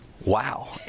Wow